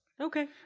Okay